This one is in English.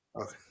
Okay